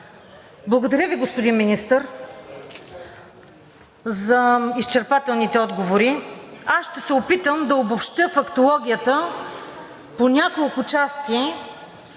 Благодаря Ви, господин Министър, за изчерпателните отговори. Аз ще се опитам да обобщя фактологията по няколко части